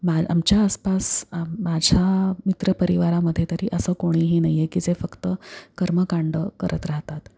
मा आमच्या आसपास माझ्या मित्रपरिवारामध्ये तरी असं कोणीही नाही आहे की जे फक्त कर्मकांड करत राहतात